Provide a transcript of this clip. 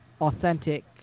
authentic